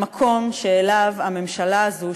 למקום שאליו הממשלה הזאת,